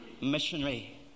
Missionary